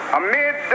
amid